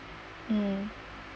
um